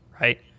right